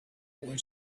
boy